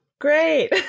Great